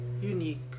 Unique